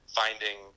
finding